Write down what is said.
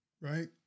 right